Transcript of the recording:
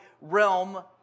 realm